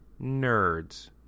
Nerds